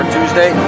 Tuesday